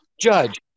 judge